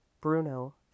Bruno